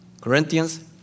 Corinthians